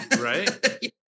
right